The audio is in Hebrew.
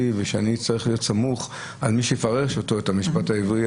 ושאני אצטרך להיות סמוך על מי שיפרש את המשפט העברי.